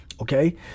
Okay